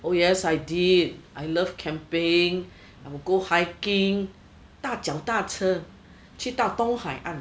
oh yes I did I love camping I will go hiking 搭脚踏车去到东海岸